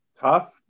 tough